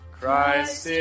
Christ